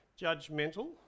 judgmental